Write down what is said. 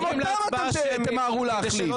גם אותם תמהרו להחליף.